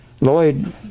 Lloyd